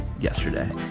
yesterday